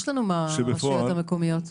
יש לנו מהרשויות המקומיות.